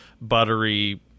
buttery